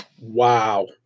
Wow